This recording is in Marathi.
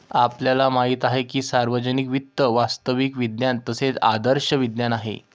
आपल्याला माहित आहे की सार्वजनिक वित्त वास्तविक विज्ञान तसेच आदर्श विज्ञान आहे